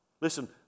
Listen